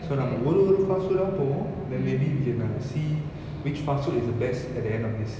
so நம்ம ஒரு ஒரு:namma oru oru fast food ah போவம்:povam then maybe we can uh see which fast food is the best at the end of this